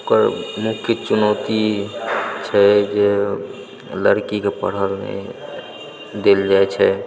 ओकर मुख्य चुनौती छै जे लड़की कऽ पढ़ऽलए नहि देल जाय छै